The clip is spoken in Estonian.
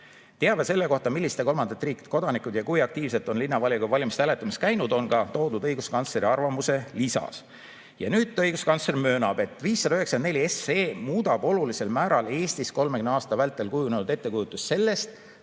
Teave selle kohta, milliste kolmandate riikide kodanikud ja kui aktiivselt on linnavolikogu valimistel hääletamas käinud, on toodud õiguskantsleri arvamuse lisas. Õiguskantsler möönab, et 594 SE muudab olulisel määral Eestis 30 aasta vältel kujunenud ettekujutust sellest,